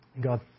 God